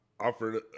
Offered